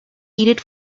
heated